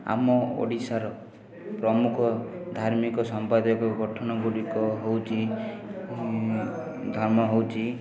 ଆମ ଓଡ଼ିଶାର ପ୍ରମୁଖ ଧାର୍ମିକ ସାମ୍ପ୍ରଦାୟିକ ଗଠନଗୁଡ଼ିକ ହେଉଛି ଧାମ ହେଉଛି